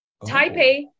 Taipei